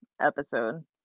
episode